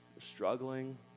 Struggling